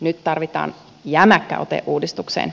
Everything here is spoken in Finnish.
nyt tarvitaan jämäkkä ote uudistukseen